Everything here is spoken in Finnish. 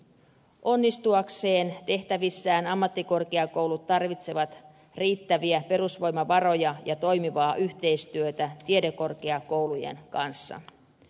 onnistuakseen tehtävissään ammattikorkeakoulut tarvitsevat riittäviä perusvoimavaroja ja toimivaa yhteistyötä tiedekorkeakoulujen kanssa